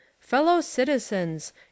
Fellow-citizens